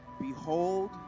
Behold